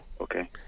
Okay